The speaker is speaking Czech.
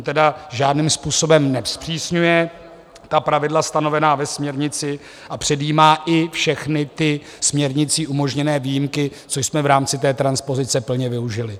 On tedy žádným způsobem nezpřísňuje pravidla stanovená ve směrnici a předjímá i všechny ty směrnicí umožněné výjimky, což jsme v rámci transpozice plně využili.